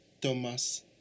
Thomas